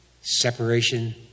separation